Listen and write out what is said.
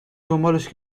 دنبالش